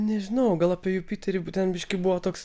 nežinau gal apie jupiterį būtent biškį buvo toks